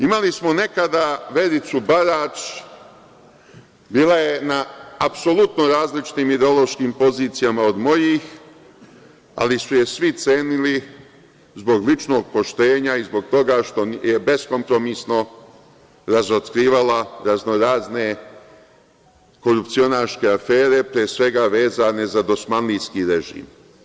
Imali smo nekada Vericu Barać, bila je na apsolutno različitim ideološkim pozicijama od mojih, ali su je svi cenili zbog ličnog poštenja i zbog toga što je beskompromisno razotkrivala raznorazne korupcionaške afere, pre svega, vezano za dosmanlijski režim.